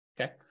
Okay